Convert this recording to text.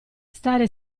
stare